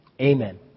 Amen